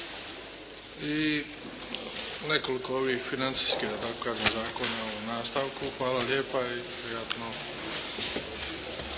i nekoliko ovih financijskih, da tako kažem zakona u nastavku. Hvala lijepa i prijatno.